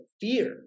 fear